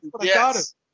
yes